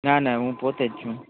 ના ના હું પોતે જ છું